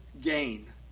gain